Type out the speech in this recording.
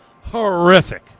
horrific